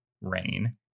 Rain